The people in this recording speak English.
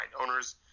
Owners